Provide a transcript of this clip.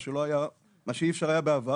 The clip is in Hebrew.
מה שלא היה אפשר בעבר,